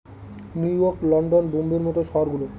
new York, London, বোম্বের মত শহর গুলো